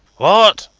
what?